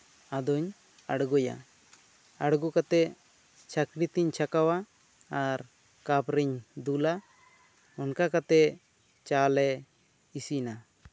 ᱟᱫᱚᱧ ᱟᱬᱜᱚᱭᱟ ᱟᱬᱜᱚ ᱠᱟᱛᱮ ᱠᱟᱛᱮ ᱪᱷᱟᱹᱠᱱᱤ ᱛᱤᱧ ᱪᱷᱟᱸᱠᱟᱣᱟ ᱟᱨ ᱠᱟᱯ ᱨᱮᱧ ᱫᱩᱞᱟ ᱚᱱᱠᱟ ᱠᱟᱛᱮ ᱪᱟᱼᱞᱮ ᱤᱥᱤᱟ